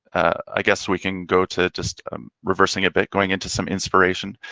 i guess we can go to just reversing a bit going into some inspiration.